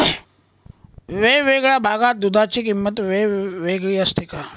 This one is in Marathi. वेगवेगळ्या भागात दूधाची किंमत वेगळी असते का?